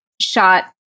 shot